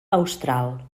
austral